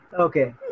okay